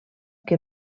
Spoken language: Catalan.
que